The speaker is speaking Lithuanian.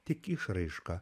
tik išraiška